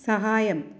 സഹായം